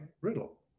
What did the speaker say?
riddle